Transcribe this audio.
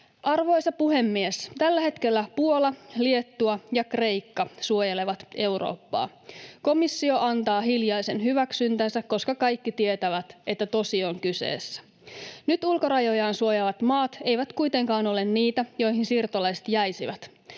Arvoisa puhemies! Tällä hetkellä Puola, Liettua ja Kreikka suojelevat Eurooppaa. Komissio antaa hiljaisen hyväksyntänsä, koska kaikki tietävät, että tosi on kyseessä. Nyt ulkorajojaan suojaavat maat eivät kuitenkaan ole niitä, joihin siirtolaiset jäisivät.